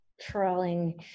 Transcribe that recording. trawling